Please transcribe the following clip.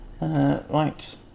Right